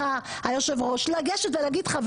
לבדוק ולהימנע מכל התככים שלא מובילים לכלום.